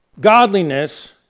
godliness